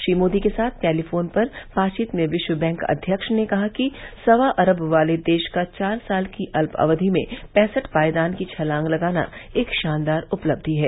श्री मोदी के साथ टेलीफोन पर बातचीत में विश्व बैंक अध्यक्ष ने कहा कि सवा अरब वाले देश का चार साल की अत्य अवधि में पैंसठ पायदान की छलांग लगाना एक शानदार उपलब्धि है